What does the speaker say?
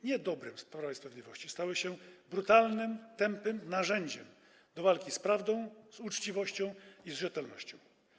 Nie są dobrem Prawa i Sprawiedliwości, stały się brutalnym, tępym narzędziem do walki z prawdą, z uczciwością i z rzetelnością.